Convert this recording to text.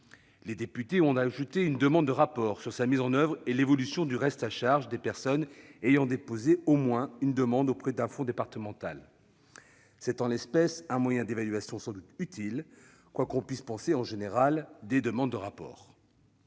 Les députés ont ajouté une demande de rapport sur la mise en oeuvre de ce dernier et l'évolution du reste à charge des personnes ayant déposé au moins une demande auprès d'un fonds départemental. C'est, en l'espèce, un moyen d'évaluation sans doute utile, quoi que l'on puisse penser, en général, des demandes de rapport.